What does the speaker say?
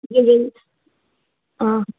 even हा